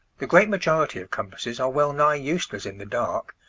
the great majority of compasses are well-nigh useless in the dark,